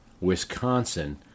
Wisconsin